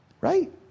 right